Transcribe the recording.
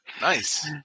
Nice